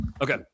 okay